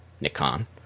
Nikon